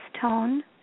tone